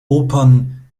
opern